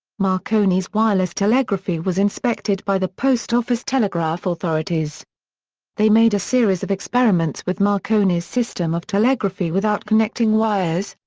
marconi's wireless telegraphy was inspected by the post office telegraph authorities they made a series of experiments with marconi's system of telegraphy without connecting wires,